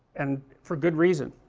and for good reason